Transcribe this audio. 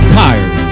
tired